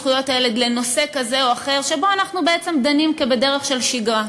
זכויות הילד לנושא כזה או אחר שבו אנחנו דנים בדרך של שגרה,